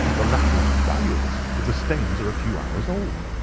and the latter is valueless if the stains are a few hours old.